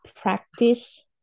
practice